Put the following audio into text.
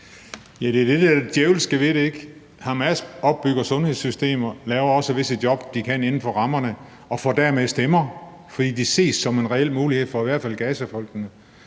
Hamas opbygger sundhedssystemer, laver også visse job, de kan inden for rammerne, og får dermed stemmer, fordi de ses som en reel mulighed for i hvert fald Gazafolkene.